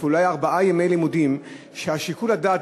אולי אפילו ארבעה ימי לימודים שבהם שיקול הדעת,